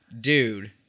Dude